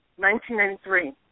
1993